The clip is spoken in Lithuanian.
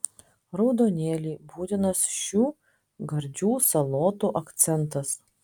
raudonėliai būtinas šių gardžių salotų akcentas